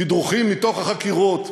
תדרוכים מתוך החקירות.